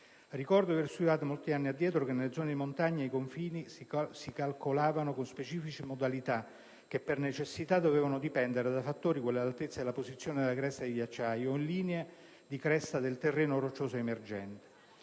Ricordo di aver studiato, molti anni addietro, che nelle zone di montagna i confini si calcolavano con specifiche modalità che necessariamente dovevano dipendere da fattori quali l'altezza e la posizione della cresta dei ghiacciai o delle linee di cresta del terreno roccioso emergente.